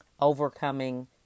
overcoming